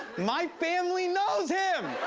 my family knows him!